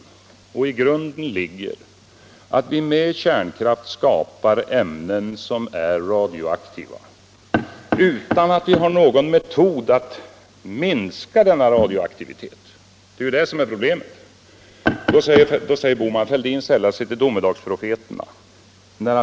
Till grund för min bedömning ligger att vi med kärnkraft skapar radioaktiva ämnen utan att vi har någon metod att minska denna radioaktivitet. Det är detta som är problemet. Då säger herr Bohman: ”Herr Fälldin sällar sig till domedagsprofeterna.”